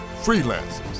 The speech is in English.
freelancers